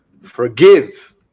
forgive